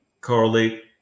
correlate